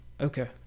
Okay